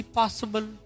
possible